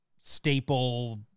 staple